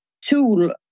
tool